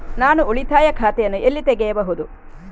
ನಾನು ಉಳಿತಾಯ ಖಾತೆಯನ್ನು ಎಲ್ಲಿ ತೆಗೆಯಬಹುದು?